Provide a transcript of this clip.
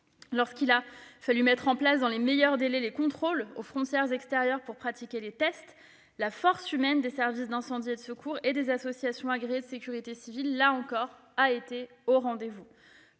Lorsqu'il a fallu mettre en place, dans les meilleurs délais, les contrôles aux frontières extérieures pour pratiquer des tests, la force humaine des services d'incendie et de secours et des associations agréées de sécurité civile (AASC) a été, là encore, au rendez-vous.